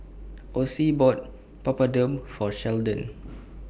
Ossie bought Papadum For Sheldon